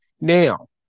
Now